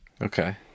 Okay